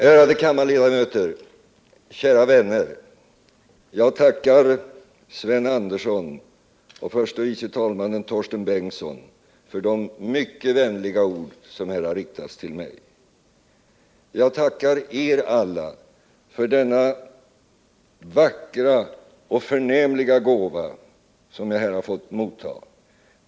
Ärade kammarledamöter, kära vänner! Jag tackar Sven Andersson och förste vice talmannen Torsten Bengtson för de mycket vänliga ord som här har riktats till mig. Jag tackar er alla för den vackra och förnämliga gåva som jag fått mottaga.